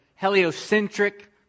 heliocentric